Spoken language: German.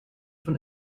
von